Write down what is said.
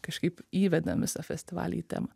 kažkaip įvedam visą festivalį į temą